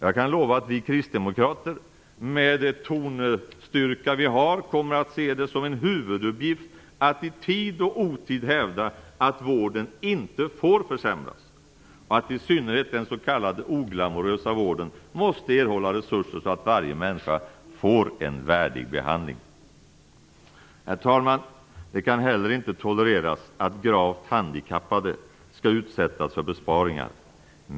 Jag kan lova att vi kristdemokrater, med den tonstyrka vi har, kommer att se det som en huvuduppgift att i tid och otid hävda att vården inte får försämras, och att i synnerhet den s.k. oglamourösa vården måste erhålla resurser så att varje människa får en värdig behandling. Herr talman! Det kan heller inte tolereras att gravt handikappade skall utsättas för besparingar.